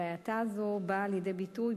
וההאטה הזאת באה לידי ביטוי,